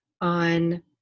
on